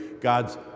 God's